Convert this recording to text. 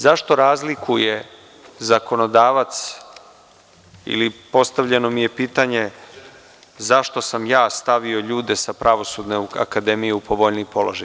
Zašto razlike zakonodavac ili postavljeno mi je pitanje – zašto sam ja stavio ljude sa pravosudne akademije u povoljniji položaj?